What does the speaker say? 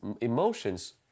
emotions